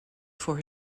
for